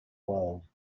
world